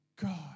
God